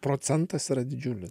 procentas yra didžiulis